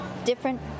different